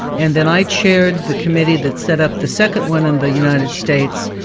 and then i chaired the committee that set up the second one in the united states,